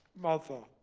mother.